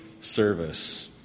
service